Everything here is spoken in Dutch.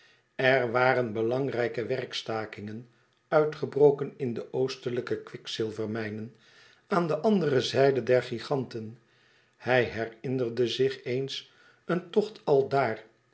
er waren belangrijke werkstakingen uitgebroken in de oostelijke kwikzilvermijnen aan de andere zijde der giganten hij herinnerde zich eens een tocht aldaar